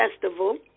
festival